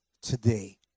today